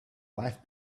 life